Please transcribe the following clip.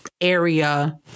area